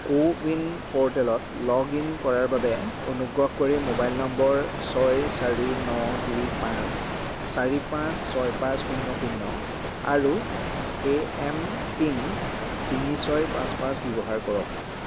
কো win প'ৰ্টেলত log in কৰাৰ বাবে অনুগ্ৰহ কৰি মোবাইল নম্বৰ ছয় চাৰি ন দুই পাঁচ চাৰি পাঁচ ছয় পাঁচ শূন্য শূন্য আৰু এ এম পিন তিনি ছয় পাঁচ পাঁচ ব্যৱহাৰ কৰক